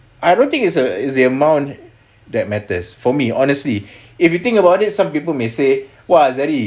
I don't think is a is the amount that matters for me honestly if you think about it some people may say !wah! azahari